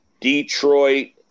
Detroit